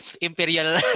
imperial